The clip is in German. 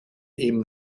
ihm